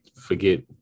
forget